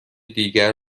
دیگر